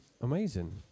Amazing